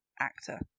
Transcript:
actor